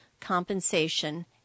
Compensation